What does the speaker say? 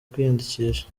kwiyandikisha